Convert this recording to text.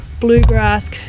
bluegrass